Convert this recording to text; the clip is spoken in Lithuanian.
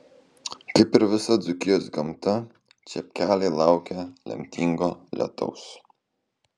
kaip ir visa dzūkijos gamta čepkeliai laukia lemtingo lietaus